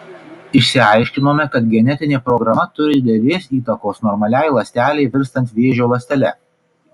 išsiaiškinome kad genetinė programa turi didelės įtakos normaliai ląstelei virstant vėžio ląstele